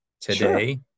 today